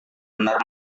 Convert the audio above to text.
benar